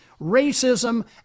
racism